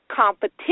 competition